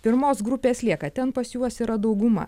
pirmos grupės lieka ten pas juos yra dauguma